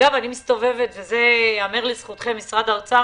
אגב וזה ייאמר לזכותכם, משרד האוצר